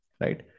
Right